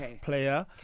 player